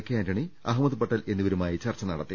K Antony Ahmed Patel എന്നിവ രുമായി ചർച്ച നടത്തി